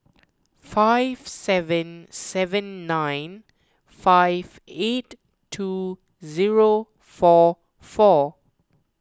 five seven seven nine five eight two zero four four